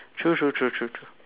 true true true true